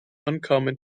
uncommon